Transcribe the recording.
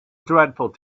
dreadful